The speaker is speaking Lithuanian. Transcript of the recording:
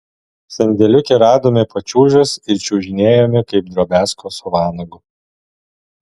sandėliuke radome pačiūžas ir čiuožinėjome kaip drobiazko su vanagu